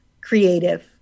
creative